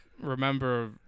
remember